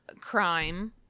crime